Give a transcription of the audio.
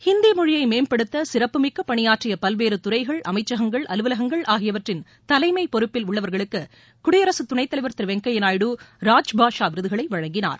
ஹிந்தி மொழியை மேம்படுத்த சிறப்புமிக்க பணியாற்றிய பல்வேறு துறைகள் அமைச்சகங்கள் அலுவலகங்கள் ஆகியவற்றின் தலைமைப் பொறுப்பில் உள்ளவர்களுக்கு குடியரசுத் துணைத்தலைவர் திரு வெங்கையா நாயுடு ராஜ் பாஷா விருதுகளை வழங்கினார்